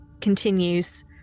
continues